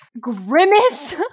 grimace